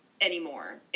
anymore